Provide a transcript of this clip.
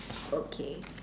okay